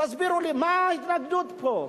תסבירו לי, מה ההתנגדות פה?